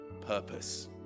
purpose